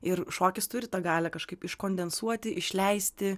ir šokis turi tą galią kažkaip iškondensuoti išleisti